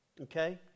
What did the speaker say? okay